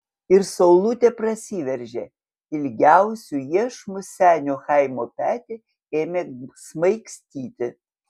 ir saulutė prasiveržė ilgiausiu iešmu senio chaimo petį ėmė smaigstyti